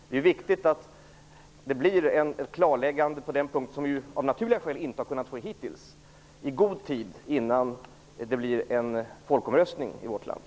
Det är viktigt att vi i god tid före folkomröstningen i vårt land får ett klarläggande på denna punkt, ett klarläggande som vi av naturliga skäl inte har kunnat få hittills.